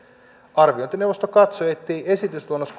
arviointineuvosto katsoi että esitysluonnos